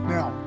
Now